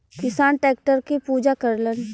किसान टैक्टर के पूजा करलन